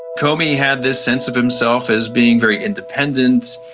comey had this sense of himself as being very independent.